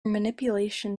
manipulation